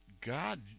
God